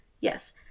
yes